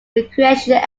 recreation